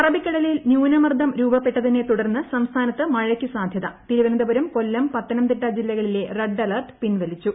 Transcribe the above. അറബിക്കടലിൽ നൃൂനമർദ്ദം രൂപപ്പെട്ടതിനെ തുടർന്ന് സംസ്ഥാനത്ത് മഴയ്ക്ക് സാധൃത തിരുവനന്തപുരം കൊല്ലം പത്തനംതിട്ട ജില്ലകളിലെ റെഡ് അലെർട്ട് പിൻവ്ലിച്ചു